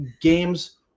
Games